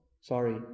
Sorry